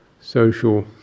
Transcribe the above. social